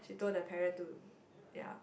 she told the parent to ya